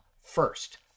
first